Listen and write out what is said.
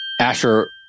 Asher